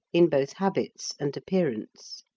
in both habits and appearance.